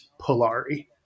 Polari